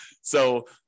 So-